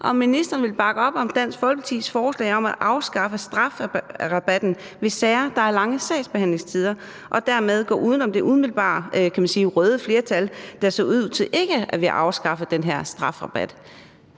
ministeren vil bakke op om Dansk Folkepartis forslag om at afskaffe strafrabatten ved sager, der har lange sagsbehandlingstider, og dermed gå uden om det – kan man sige – umiddelbart røde flertal, der ser ud til ikke at ville afskaffe den her strafrabat.